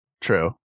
True